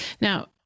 Now